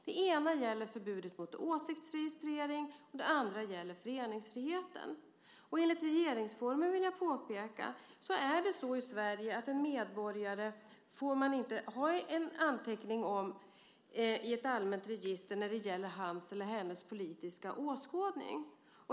Det ena gäller förbudet mot åsiktsregistrering och det andra gäller föreningsfriheten. Jag vill påpeka att enligt regeringsformen får man inte ha en anteckning om en medborgare i Sverige i ett allmänt register när det gäller hans eller hennes politiska åskådning.